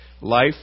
Life